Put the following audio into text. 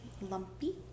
lumpy